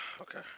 Okay